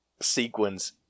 sequence